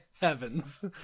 heavens